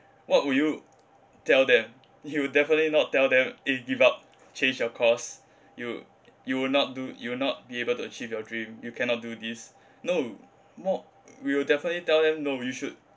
what would you tell them you would definitely not tell them eh give up change your course you you will not do you will not be able to achieve your dream you cannot do this no mo~ we will definitely tell them no you should